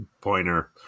pointer